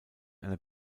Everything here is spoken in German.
einer